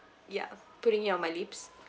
yeah putting it on my lips